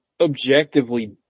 objectively